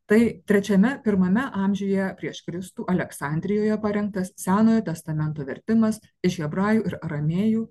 tai trečiame pirmame amžiuje prieš kristų aleksandrijoje parengtas senojo testamento vertimas iš hebrajų ir aramėjų